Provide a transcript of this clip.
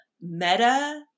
meta